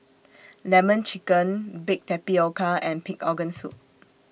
Lemon Chicken Baked Tapioca and Pig Organ Soup